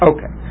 Okay